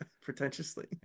pretentiously